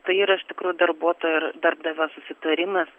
tai yra iš tikro darbuotojo ir darbdavio susitarimas